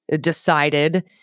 decided